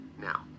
Now